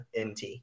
nt